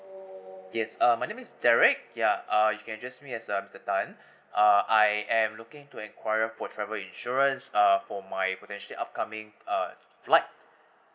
yes um my name is derrick ya uh you can address me as uh mister tan uh I am looking to enquire for travel insurance uh for my potential upcoming uh flight